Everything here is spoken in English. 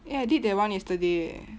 eh I did that one yesterday eh